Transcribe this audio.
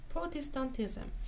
Protestantism